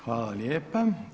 Hvala lijepa.